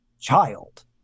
child